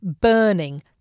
burning